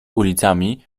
ulicami